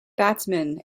batsman